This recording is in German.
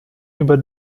über